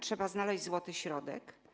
Trzeba znaleźć złoty środek.